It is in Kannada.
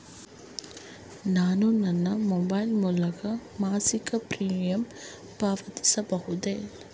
ನಾನು ನನ್ನ ಮೊಬೈಲ್ ಮೂಲಕ ಮಾಸಿಕ ಪ್ರೀಮಿಯಂ ಪಾವತಿಸಬಹುದೇ?